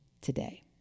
today